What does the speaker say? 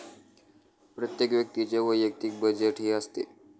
प्रत्येक व्यक्तीचे वैयक्तिक बजेटही असते